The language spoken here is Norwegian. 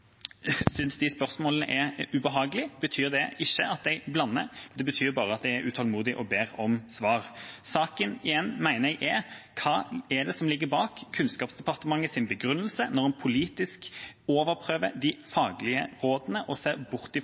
de spørsmålene er ubehagelige, betyr det ikke at jeg blander. Det betyr bare at jeg er utålmodig og ber om svar. Jeg mener saken gjelder hva som ligger bak Kunnskapsdepartementets begrunnelse når en politisk overprøver de faglige rådene og ser bort